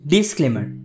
Disclaimer